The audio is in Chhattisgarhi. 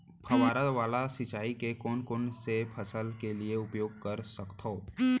फवारा वाला सिंचाई मैं कोन कोन से फसल के लिए उपयोग कर सकथो?